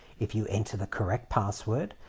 if you enter the correct password,